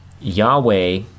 Yahweh